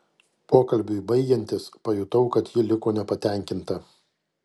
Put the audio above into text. pokalbiui baigiantis pajutau kad ji liko nepatenkinta